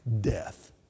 death